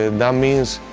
and that means